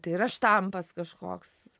tai yra štampas kažkoks